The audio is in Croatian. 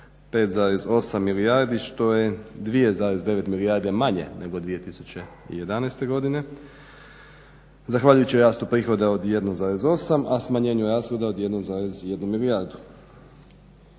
5,8 milijardi što je 2,9 milijardi manje nego 2011. godine zahvaljujući rastu prihoda od 1,8, a smanjenju rashoda od 1,1 milijardu.